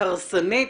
הרסנית,